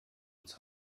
uns